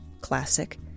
classic